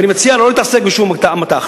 אני מציע לא להתעסק בשוק המט"ח.